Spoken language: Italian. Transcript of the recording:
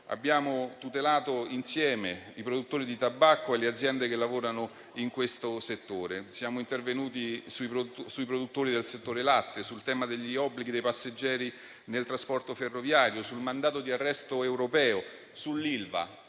abbiamo tutelato insieme i produttori di tabacco e le aziende che lavorano in questo settore; siamo intervenuti sui produttori del settore latte, sul tema degli obblighi dei passeggeri nel trasporto ferroviario, sul mandato di arresto europeo, sull'Ilva.